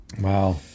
wow